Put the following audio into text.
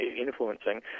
influencing